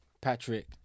Patrick